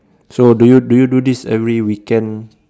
so do you do you do this every weekend